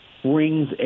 brings